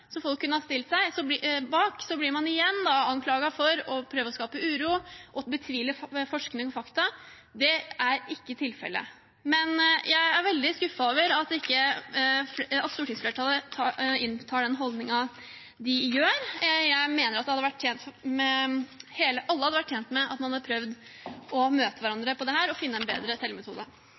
folk kunne ha stilt seg bak – blir anklaget for å prøve å skape uro og å betvile forskning og fakta. Det er ikke tilfellet. Jeg er veldig skuffet over at stortingsflertallet inntar den holdningen som de gjør. Jeg mener at alle hadde vært tjent med at man hadde prøvd å møte hverandre på dette og finne en bedre tellemetode.